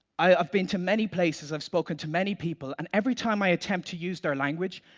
i've been to many places, i've spoken to many people and every time i attempt to use their language,